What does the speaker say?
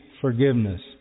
forgiveness